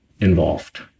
involved